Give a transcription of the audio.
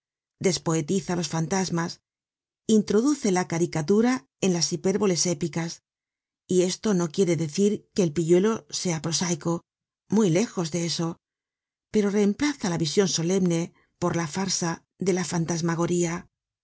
aparecidos despoetiza los fantasmas introduce la caricatura en las hipérboles épicas y esto no quiere decir que el pilluelo sea prosaico muy lejos de eso pero reemplaza la vision solemne por la farsa de la fantasmagoría